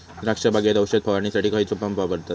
द्राक्ष बागेत औषध फवारणीसाठी खैयचो पंप वापरतत?